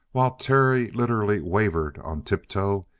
while terry literally wavered on tiptoe,